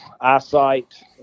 eyesight